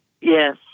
Yes